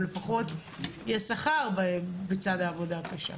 אבל לפחות יש שכר בצד העבודה הקשה.